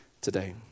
today